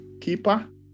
keeper